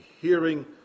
hearing